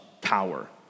power